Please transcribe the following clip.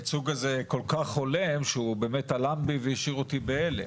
הייצוג הזה כל כך הולם שהוא פשוט הלם בי והשאיר אותי בהלם.